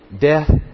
Death